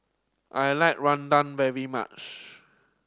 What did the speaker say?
I like rendang very much